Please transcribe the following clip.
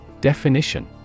Definition